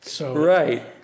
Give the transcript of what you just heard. Right